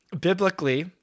biblically